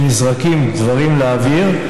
ונזרקים דברים לאוויר,